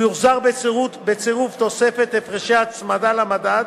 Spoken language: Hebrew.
הוא יוחזר בצירוף תוספת הפרשי הצמדה למדד,